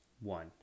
one